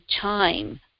time